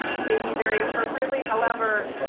maybe very appropriately however,